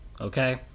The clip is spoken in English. okay